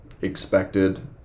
expected